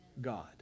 God